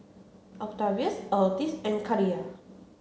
Octavius Otis and Kaliyah